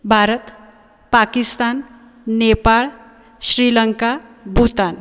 Bharat Pakistan Nepal Sri Lanka Bhutan